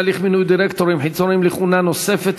הליך מינוי דירקטורים חיצוניים לכהונה נוספת),